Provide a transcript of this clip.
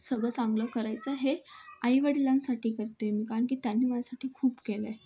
सगळं चांगलं करायचं हे आई वडिलांसाठी करते आहे मी कारण त्यांनी माझ्यासाठी खूप केलं आहे